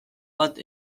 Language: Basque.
bat